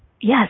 yes